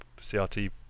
CRT